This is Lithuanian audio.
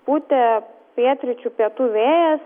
pūtė pietryčių pietų vėjas